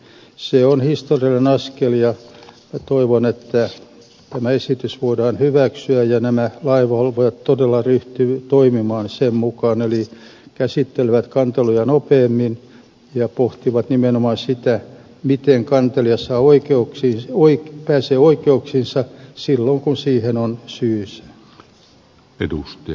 se on historiallinen askel ja toivon että tämä esitys voidaan hyväksyä ja nämä lainvalvojat todella ryhtyvät toimimaan sen mukaan eli käsittelevät kanteluja nopeammin ja pohtivat nimenomaan sitä miten kantelija pääsee oikeuksiinsa silloin kun siihen on syynsä